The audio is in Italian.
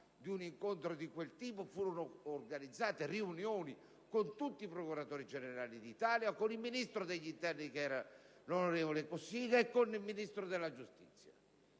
possibilità di quel tipo, furono organizzate riunioni con tutti i procuratori generali d'Italia, il Ministro dell'interno, che era l'onorevole Cossiga, e il Ministro della giustizia,